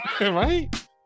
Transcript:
right